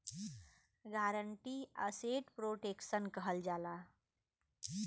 guarantee asset protection कहल जाला